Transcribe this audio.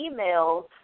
emails